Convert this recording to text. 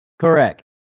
Correct